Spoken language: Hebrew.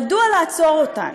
מדוע לעצור אותן?